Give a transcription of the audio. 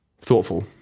thoughtful